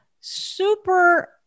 super